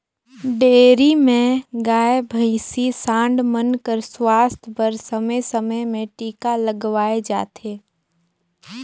dairy में गाय, भइसी, सांड मन कर सुवास्थ बर समे समे में टीका लगवाए जाथे